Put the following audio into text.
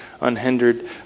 unhindered